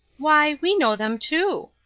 why, we know them too.